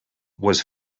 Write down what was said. was